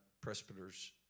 presbyters